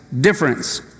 difference